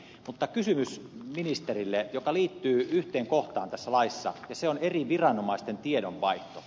mutta ministerille kysymys joka liittyy yhteen kohtaan tässä laissa ja se on eri viranomaisten tiedonvaihto